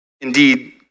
indeed